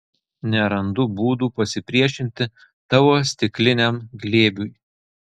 nerandu būdų pasipriešinti tavo stikliniam glėbiui